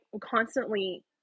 constantly